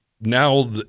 Now